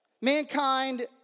Mankind